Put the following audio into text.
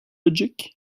logic